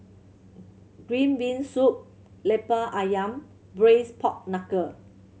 green bean soup Lemper Ayam and Braised Pork Knuckle